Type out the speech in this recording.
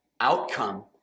outcome